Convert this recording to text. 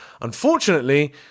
unfortunately